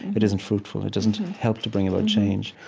it isn't fruitful. it doesn't help to bring about change.